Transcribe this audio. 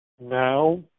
now